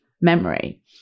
memory